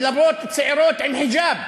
ולרבות צעירות עם חיג'אב,